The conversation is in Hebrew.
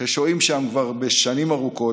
ששוהים שם כבר שנים ארוכות,